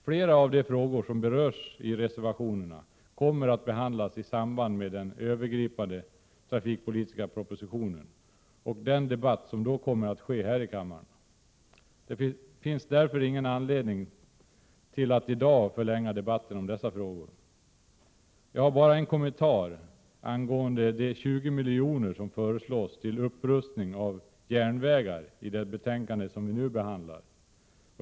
Flera av de frågor som berörs i reservationerna kommer att behandlas i samband med den övergripande trafikpolitiska propositionen och den debatt som då kommer att ske här i kammaren. Det finns därför ingen anledning att i dag förlänga debatten om dessa frågor. Jag har bara en kommentar angående de 20 miljoner som föreslås till upprustning av järnvägar i det betänkande som vi nu behandlar.